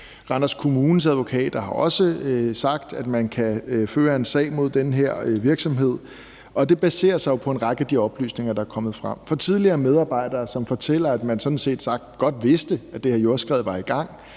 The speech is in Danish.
Randers Kommunes advokater har også sagt, at man kan føre en sag mod den her virksomhed, og det baserer sig jo på en række af de oplysninger, der er kommet frem fra tidligere medarbejdere, som fortæller, at man sådan set godt vidste, at det her jordskred var i gang,